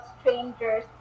strangers